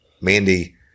Mandy